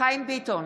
חיים ביטון,